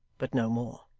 but no more.